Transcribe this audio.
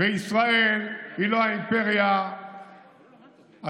וישראל היא לא האימפריה הצלבנית,